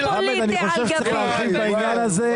מי בעד קבלת ההסתייגות?